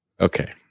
Okay